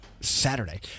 Saturday